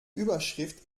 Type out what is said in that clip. überschrift